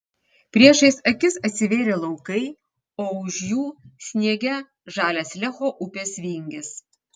priešais akis atsivėrė laukai o už jų sniege žalias lecho upės vingis